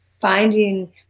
finding